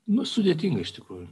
nu sudėtinga iš tikrųjų